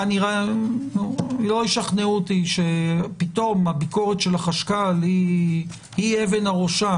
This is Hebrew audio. לא ישכנעו אותי שפתאום הביקורת של החשכ"ל היא אבן הראשה